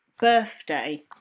birthday